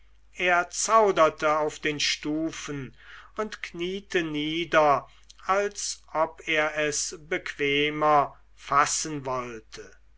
er zauderte auf den stufen und kniete nieder als ob er es bequemer fassen wollte